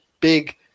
big